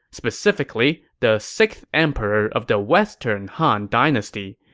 specifically, the sixth emperor of the western han dynasty.